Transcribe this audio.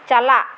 ᱪᱟᱞᱟᱜ